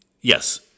yes